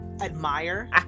admire